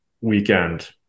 weekend –